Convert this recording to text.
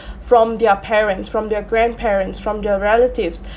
from their parents from their grandparents from their relatives